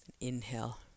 Inhale